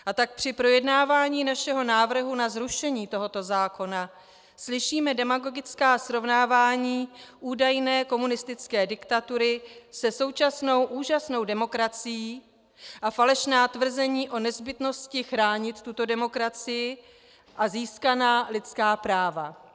A tak při projednávání našeho návrhu na zrušení tohoto zákona slyšíme demagogická srovnávání údajné komunistické diktatury se současnou úžasnou demokracií a falešná tvrzení o nezbytnosti chránit tuto demokracii a získaná lidská práva.